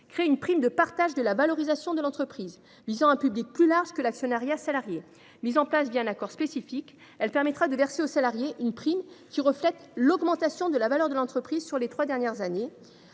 crée une prime de partage de la valorisation de l’entreprise visant un public plus large que l’actionnariat salarié. Mise en place un accord spécifique, elle permettra de verser aux salariés une prime qui reflète l’augmentation de la valeur de l’entreprise sur les trois dernières années,